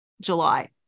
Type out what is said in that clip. July